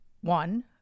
one